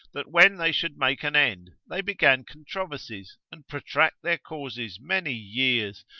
that when they should make an end, they began controversies, and protract their causes many years,